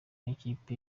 ikipe